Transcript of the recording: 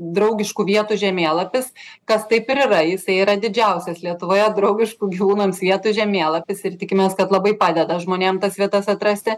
draugiškų vietų žemėlapis kas taip yra jisai yra didžiausias lietuvoje draugiškų gyvūnams vietų žemėlapis ir tikimės kad labai padeda žmonėm tas vietas atrasti